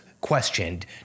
questioned